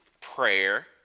prayer